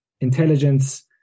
intelligence